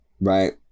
Right